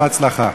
בהצלחה.